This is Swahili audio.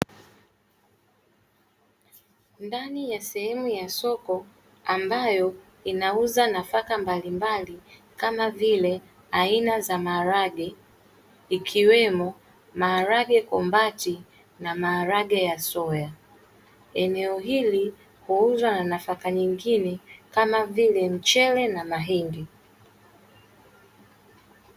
Ndani ya sehemu ya soko ambayo inauza nafaka mbalimbali kama vile aina za maharage, ikiwemo maharage kombati na maharage ya soya. Eneo hili huuza na nafaka nyingine kama vile mchele na mahindi.